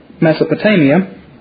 Mesopotamia